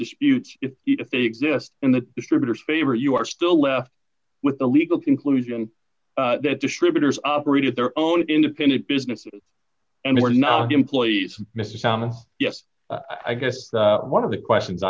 disputes if they exist in the distributors favor you are still left with the legal conclusion that distributors operated their own independent businesses and were not employees mr thomas yes i guess one of the questions